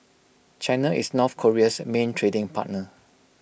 China is north Korea's main trading partner